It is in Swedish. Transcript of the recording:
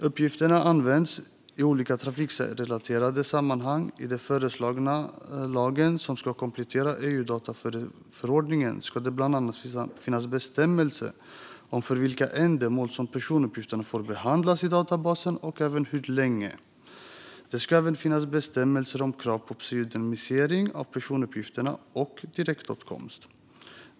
Uppgifterna används i olika trafiksäkerhetsrelaterade sammanhang. I den föreslagna lagen, som ska komplettera EU:s dataskyddsförordning, ska det bland annat finnas bestämmelser om för vilka ändamål personuppgifter får behandlas i databasen och även hur länge. Det ska även finnas bestämmelser om krav på pseudonymisering av personuppgifterna och direktåtkomst.